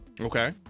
Okay